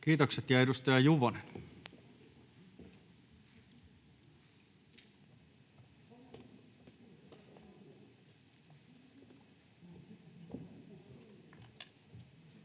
Kiitokset. — Ja edustaja Juvonen. [Speech